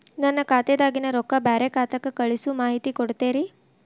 ನನ್ನ ಖಾತಾದಾಗಿನ ರೊಕ್ಕ ಬ್ಯಾರೆ ಖಾತಾಕ್ಕ ಕಳಿಸು ಮಾಹಿತಿ ಕೊಡತೇರಿ?